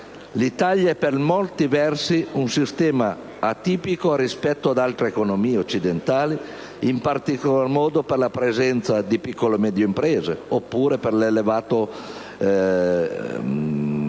L'Italia è per molti versi un sistema atipico rispetto ad altre economie occidentali, in particolar modo per la presenza di piccole e medie imprese, oppure per l'elevata quantità